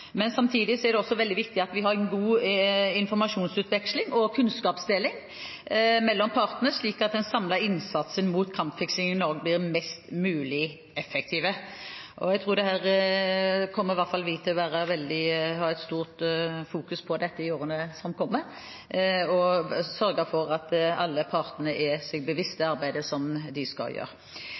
er det også veldig viktig at vi har god informasjonsutveksling og kunnskapsdeling mellom partene slik at den samlede innsatsen mot kampfiksing i Norge blir mest mulig effektiv. Jeg tror i hvert fall at dette er noe vi kommer til å være veldig fokusert på i årene som kommer: å sørge for at alle parter er seg bevisst det arbeidet de skal gjøre.